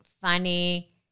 funny